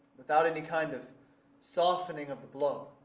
without any kind of softening of the blow.